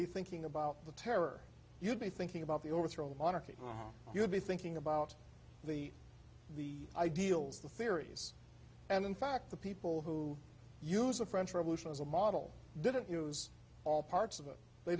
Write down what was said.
be thinking about the terror you'd be thinking about the overthrow monarchy you would be thinking about the the ideals the theories and in fact the people who use the french revolution as a model didn't use all parts of it they